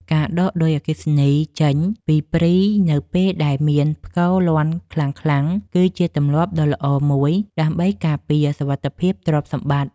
ការដកឌុយអគ្គិសនីចេញពីព្រីនៅពេលដែលមានផ្គរលាន់ខ្លាំងៗគឺជាទម្លាប់ដ៏ល្អមួយដើម្បីការពារសុវត្ថិភាពទ្រព្យសម្បត្តិ។